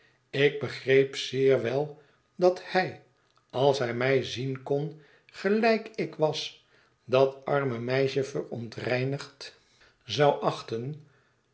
ik begreep zeer wel dat hij als hij mij zien kon gelijk ik was dat arme meisje verontreinigd zou achten